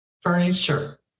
furniture